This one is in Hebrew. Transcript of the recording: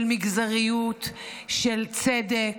של מגזריות, של צדק.